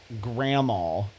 grandma